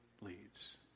leads